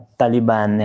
Taliban